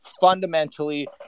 fundamentally